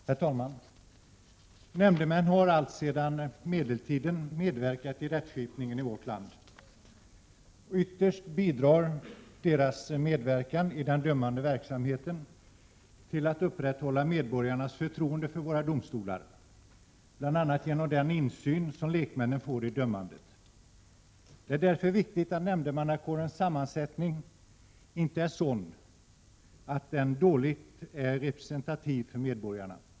Herr talman! Nämndemän har alltsedan medeltiden medverkat i rättskipningen i vårt land. Ytterst bidrar deras medverkan i den dömande verksamheten till att upprätthålla medborgarnas förtroende för våra domstolar, bl.a. genom den insyn som lekmännen får i dömandet. Det är därför viktigt att nämndemannakårens sammansättning inte är sådan, att den är dåligt representativ för medborgarna.